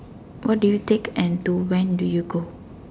what do you take and to when do you go